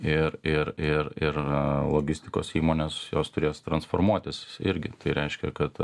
ir ir ir ir logistikos įmonės jos turės transformuotis irgi tai reiškia kad